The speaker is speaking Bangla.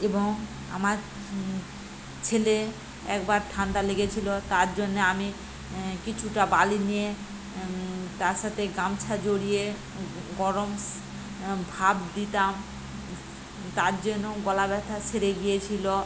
এবং আমার ছেলে একবার ঠাণ্ডা লেগেছিলো তার জন্যে আমি কিছুটা বালি নিয়ে তার সাথে গামছা জড়িয়ে গরম ভাপ দিতাম তার জন্যও গলা ব্যথা সেরে গিয়েছিলো